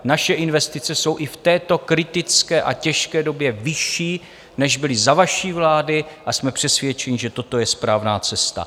Naše investice jsou i v této kritické a těžké době vyšší, než byly za vaší vlády, a jsme přesvědčeni, že toto je správná cesta.